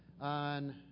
on